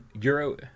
euro